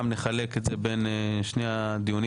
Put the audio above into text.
נחלק את הדיון לשני דיונים.